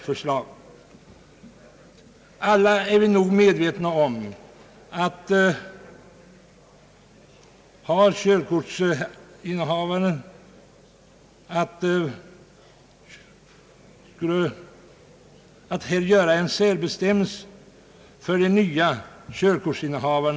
Vi är nog alla medvetna om att det skulle vara en impopulär åtgärd att införa en särbestämmelse för nya körkortsinnehavare.